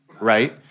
right